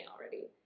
already